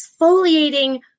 exfoliating